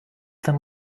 them